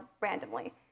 randomly